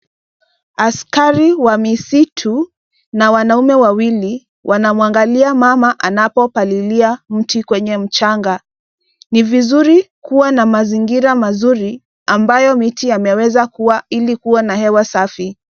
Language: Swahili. Askari wa misitu na wanaume wawili wanamwangalia mama anapopalilia mti kwenye mchanga. Ni vizuri kua na mazingira mazuri ambayo miti yameweza kua ili kua na hewa safi.